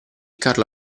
carlo